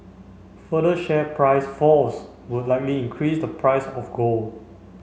further share price falls would likely increase the price of gold